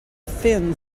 thin